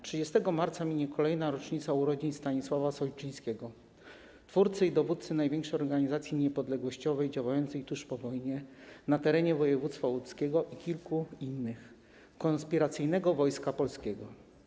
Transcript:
30 marca minie kolejna rocznica urodzin Stanisława Sojczyńskiego, twórcy i dowódcy największej organizacji niepodległościowej działającej tuż po wojnie na terenie województwa łódzkiego i kilku innych - Konspiracyjnego Wojska Polskiego.